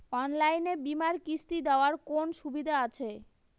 অনলাইনে বীমার কিস্তি দেওয়ার কোন সুবিধে আছে?